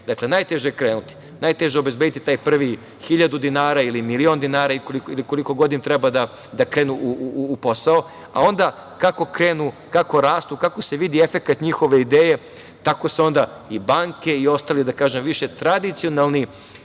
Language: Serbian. krenu. Dakle, najteže je krenuti. Najteže je obezbediti tih prvih 1.000 dinara, ili milion dinara ili koliko god im treba da krenu u posao, a onda kako krenu, kako rastu, kako se vidi efekat njihove ideje tako se onda i banke i ostali, više tradicionalni